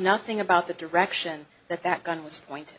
nothing about the direction that that gun was pointed